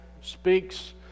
speaks